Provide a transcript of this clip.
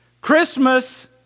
Christmas